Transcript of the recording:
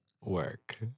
Work